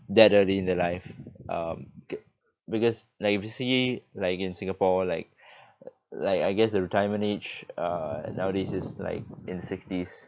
that early in the life um because like if you see like in singapore like like I guess the retirement age uh nowadays is like in sixties